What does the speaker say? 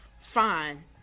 Fine